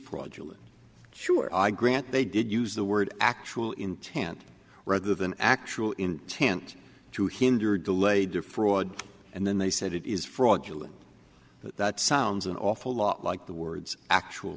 fraudulent sure i grant they did use the word actual intent rather than actual intent to hinder or delay defraud and then they said it is fraudulent that sounds an awful lot like the words actual